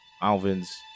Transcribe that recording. alvin's